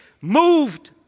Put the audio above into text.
moved